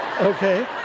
okay